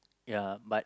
ya but